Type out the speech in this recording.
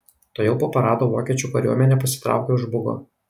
tuojau po parado vokiečių kariuomenė pasitraukė už bugo